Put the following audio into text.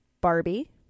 Barbie